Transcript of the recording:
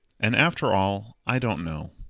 and after all i don't know.